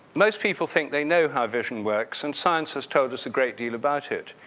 most people think they know how vision works, and science has told us a great deal about it,